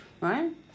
right